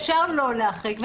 אפשר לא להחריג ולהטיל.